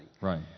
Right